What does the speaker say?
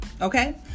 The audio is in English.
Okay